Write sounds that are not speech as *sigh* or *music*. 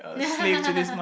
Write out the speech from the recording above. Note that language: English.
*laughs*